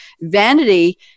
Vanity